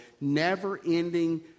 never-ending